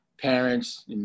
Parents